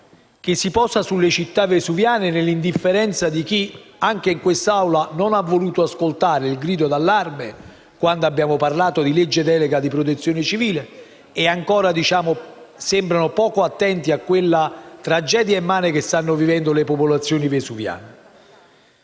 che si posa sulle città vesuviane nell'indifferenza di chi, anche in quest'Aula, non ha voluto ascoltare il grido di allarme quando abbiamo discusso della legge delega sulla protezione civile e ancora ci sembra poco attento alla tragedia immane che stanno vivendo le popolazioni vesuviane.